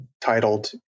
titled